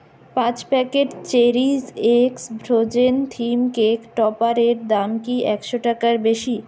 পাঁচ packet CherishX frozen theme cake topper এর দাম কি একশো টাকার বেশি